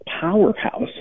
powerhouse